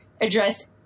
address